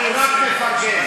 אני רק מפרגן.